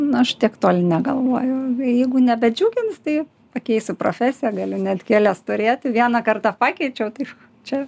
na aš tiek toli negalvoju jeigu nebedžiugins tai pakeisiu profesiją galiu net kelias turėti vieną kartą pakeičiau tai čia